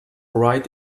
right